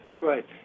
right